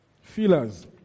Feelers